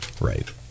Right